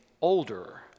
older